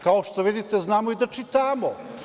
Kao što vidite, znamo i da čitamo.